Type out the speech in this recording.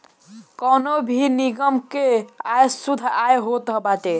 कवनो भी निगम कअ आय शुद्ध आय होत बाटे